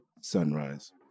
sunrise